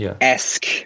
esque